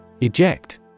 Eject